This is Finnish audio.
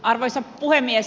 arvoisa puhemies